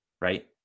right